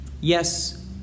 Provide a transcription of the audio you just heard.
Yes